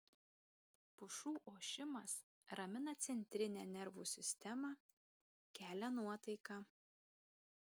pušų ošimas ramina centrinę nervų sistemą kelia nuotaiką